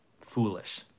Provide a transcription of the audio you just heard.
foolish